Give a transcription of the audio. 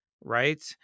right